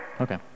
Okay